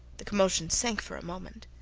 the commotion sank for a moment.